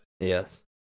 Yes